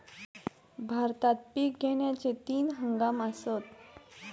भारतात पिक घेण्याचे तीन हंगाम आसत